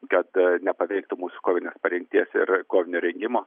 kad nepaveiktų mūsų kovinės parengties ir kovinio rengimo